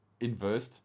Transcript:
inversed